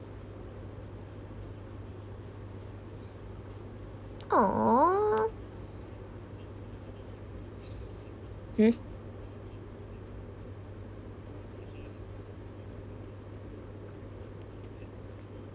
oh hmm